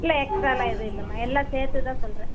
இல்லை எக்ஸ்ட்ராலாம் எதுவும் இல்லைமா எல்லாம் சேர்த்து தான் சொல்கிறேன்